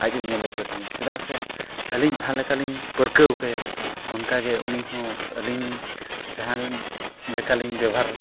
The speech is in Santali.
ᱟᱡ ᱮ ᱧᱮᱞ ᱦᱚᱪᱚ ᱞᱤᱧᱟ ᱪᱮᱫᱟᱜ ᱥᱮ ᱟᱹᱞᱤᱧ ᱡᱟᱦᱟᱸ ᱞᱮᱠᱟ ᱞᱤᱧ ᱯᱟᱹᱨᱠᱟᱹᱣ ᱠᱟᱭᱟ ᱚᱱᱠᱟ ᱜᱮ ᱩᱱᱤ ᱦᱚᱸ ᱟᱹᱞᱤᱧ ᱡᱟᱦᱟᱸ ᱞᱮᱠᱟ ᱞᱤᱧ ᱵᱮᱵᱷᱟᱨᱟ